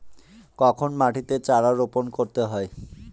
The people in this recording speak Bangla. কখন মাটিতে চারা রোপণ করতে হয়?